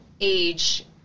age